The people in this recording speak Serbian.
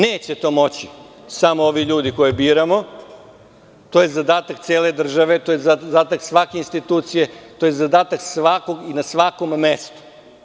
Neće to moći samo ovi ljudi koje biramo, to je zadatak cele države, to je zadatak svake institucije, to je zadatak svakog i na svakom mestu.